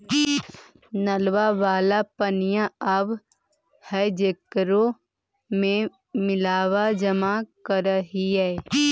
नलवा वाला पनिया आव है जेकरो मे बिलवा जमा करहिऐ?